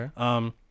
Okay